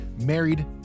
married